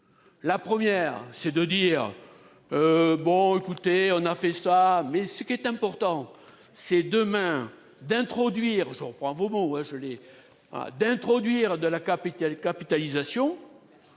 La première c'est de dire. Bon écoutez, on a fait ça mais ce qui est important c'est demain d'introduire je reprends vos